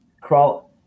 crawl